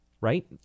right